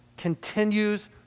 continues